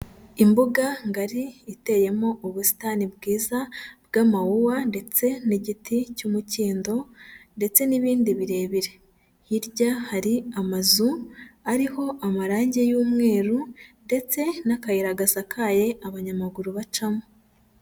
Imbuga ngari iteyemo ubusitani bwiza bw'amawuwa ndetse n'igiti cy'umukindo ndetse n'ibindi birebire, hirya hari amazu ariho amarange y'umweru ndetse n'akayira gasakaye abanyamaguru bacamo.